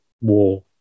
war